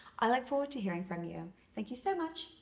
i look forward to hearing from you. thank you so much,